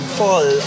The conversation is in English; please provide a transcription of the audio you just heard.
fall